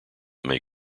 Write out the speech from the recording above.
may